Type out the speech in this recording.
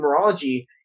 numerology